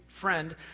friend